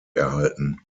erhalten